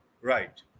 Right